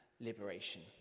liberation